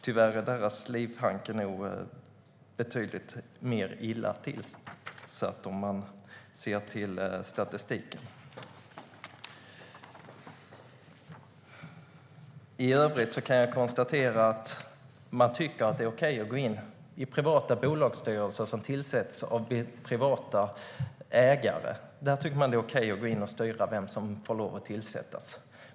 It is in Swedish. Tyvärr ligger deras livhanke nog betydligt mer illa till om man ser till statistiken. I övrigt kan jag konstatera att man tycker att det är okej att gå in i privata bolagsstyrelser som tillsätts av privata ägare. Där tycker man att det är okej att gå in och styra vem som får lov att tillsättas.